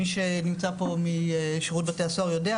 מי שנמצא פה משירות בתי הסוהר יודע,